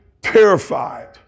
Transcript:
terrified